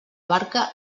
barca